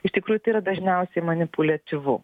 iš tikrųjų tai yra dažniausiai manipuliatyvu